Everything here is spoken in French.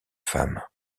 femme